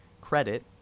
credit